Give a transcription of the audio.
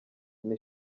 ine